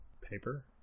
Paper